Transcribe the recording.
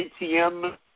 ATM